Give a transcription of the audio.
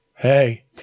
Hey